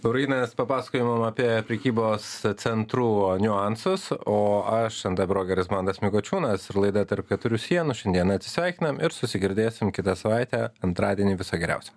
laurynas papasakojo mum apie prekybos centrų niuansus o aš nt brokeris mantas mikučiūnas ir laida tarp keturių sienų šiandien atsisveikinam ir susigirdėsim kitą savaitę antradienį viso geriausio